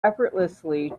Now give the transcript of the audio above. effortlessly